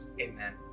Amen